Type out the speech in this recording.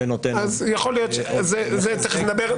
תכף נדבר.